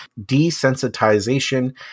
desensitization